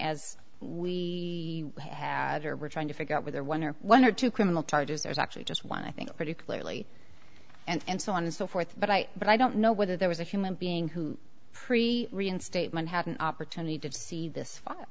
as we had or were trying to figure out whether one or one or two criminal charges there's actually just one i think pretty clearly and so on and so forth but i but i don't know whether there was a human being who pretty reinstatement had an opportunity to see this